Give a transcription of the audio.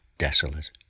desolate